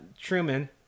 Truman